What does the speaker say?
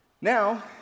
Now